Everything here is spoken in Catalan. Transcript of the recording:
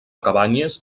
cabanyes